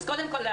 קודם כל,